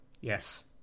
yes